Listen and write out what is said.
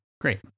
great